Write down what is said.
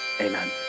Amen